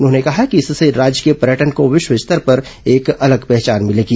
उन्होंने कहा कि इससे राज्य के पर्यटन को विश्व स्तर पर एक अलग पहचान मिलेगी